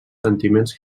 sentiments